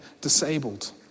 disabled